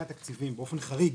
התקציבים באופן חריג